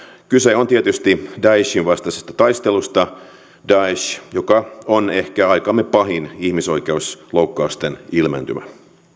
kyse on tietysti daeshin vastaisesta taistelusta daesh joka on ehkä aikamme pahin ihmisoikeusloukkausten ilmentymä